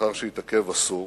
לאחר שהתעכב עשור.